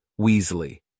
Weasley